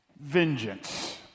vengeance